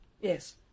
Yes